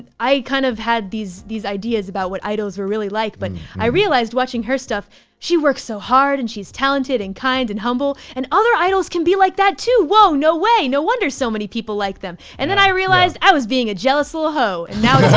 i kind of had these these ideas about what idols were really like, but i realized watching her stuff she works so hard and she's talented and kind and humble and other idols can be like that too. whoa, no way. no wonder so many people like them. and then i realized i was being a jealous little whore and now it's why.